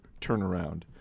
turnaround